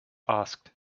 asked